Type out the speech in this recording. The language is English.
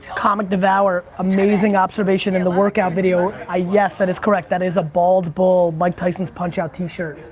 comic devour, amazing observation in the workout video. ah yes, that is correct. that is a bald bull. mike tyson's punch-out t-shirt.